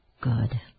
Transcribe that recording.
good